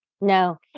no